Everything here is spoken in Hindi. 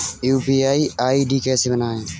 यू.पी.आई आई.डी कैसे बनाते हैं?